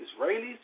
Israelis